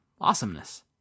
awesomeness